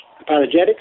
apologetics